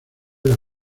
las